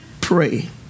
pray